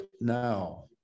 now